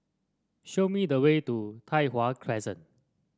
show me the way to Tai Hwan Crescent